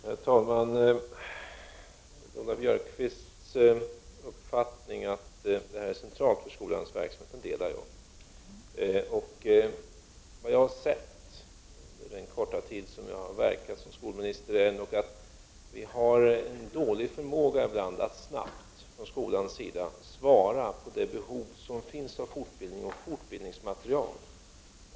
Herr talman! Lola Björkquists uppfattning att det här är centralt för skolans verksamhet delar jag. Vad jag har sett under den korta tid som jag har verkat som skolminister är ändå att vi från skolans sida ibland har en dålig förmåga att snabbt svara på de behov som uppstår av fortbildning och fortbildningsmaterial.